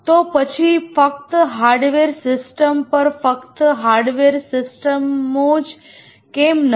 તો પછી ફક્ત હાર્ડવેર સિસ્ટમ પર ફક્ત હાર્ડવેર સિસ્ટમો જ કેમ નથી